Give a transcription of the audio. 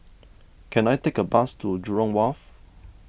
can I take a bus to Jurong Wharf